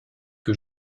que